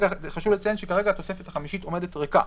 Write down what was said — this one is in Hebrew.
חשוב לציין שכרגע התוספת החמישית עומדת ריקה.